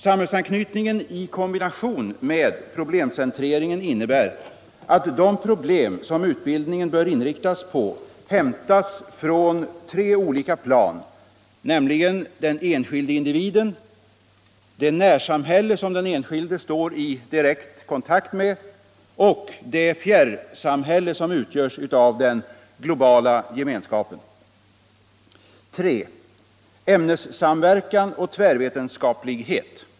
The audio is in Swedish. Samhällsanknytningen i kombination med problemcentreringen innebär att de problem som utbildningen bör inriktas på hämtas från tre olika plan, nämligen den enskilde individen. det närsamhälle som den enskilde står i direkt kontakt med och det fjärrsam hälle som utgörs av den globala gemenskapen. 3. Ämnessamverkan och tvärvetenskaplighet.